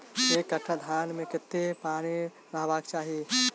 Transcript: एक कट्ठा धान मे कत्ते पानि रहबाक चाहि?